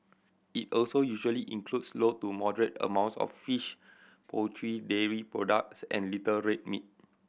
it also usually includes low to moderate amounts of fish poultry dairy products and little red meat